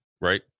right